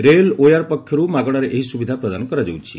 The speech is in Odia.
ରେଲ୍ୱେୟାର୍ ପକ୍ଷରୁ ମାଗଣାରେ ଏହି ସୁବିଧା ପ୍ରଦାନ କରାଯାଉଛି